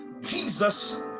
Jesus